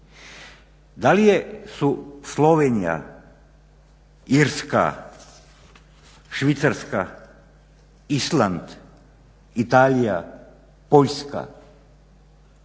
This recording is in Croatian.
Da li je Slovenija, Irska, Švicarska, Island, Italija, Poljska